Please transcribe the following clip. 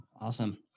Awesome